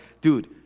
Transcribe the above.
dude